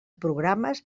programes